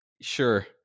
Sure